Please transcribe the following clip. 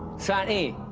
san e